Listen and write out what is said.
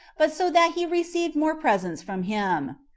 but so that he received more presents from him.